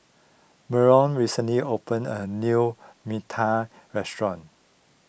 Mallory recently opened a new mita Restaurant